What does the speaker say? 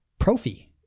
profi